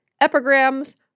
Epigrams